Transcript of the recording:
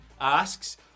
asks